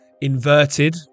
inverted